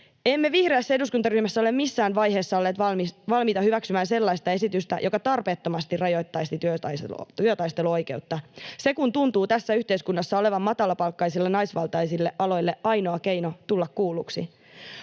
Emme vihreässä eduskuntaryhmässä ole missään vaiheessa olleet valmiita hyväksymään sellaista esitystä, joka tarpeettomasti rajoittaisi työtaisteluoikeutta, se kun tuntuu tässä yhteiskunnassa oleva matalapalkkaisille naisvaltaisille aloille ainoa keino tulla kuulluksi.